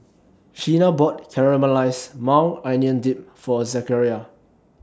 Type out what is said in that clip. Sheena bought Caramelized Maui Onion Dip For Zachariah